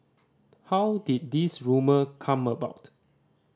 how did this rumour come about